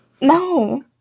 No